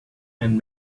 and